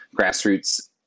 grassroots